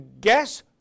guess